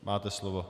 Máte slovo.